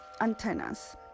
antennas